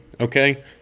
Okay